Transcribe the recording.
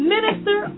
Minister